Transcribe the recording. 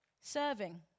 Serving